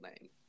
name